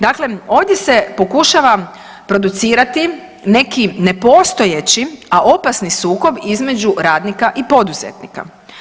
Dakle, ovdje se pokušava producirati neki nepostojeći, a opasni sukob između radnika i poduzetnika.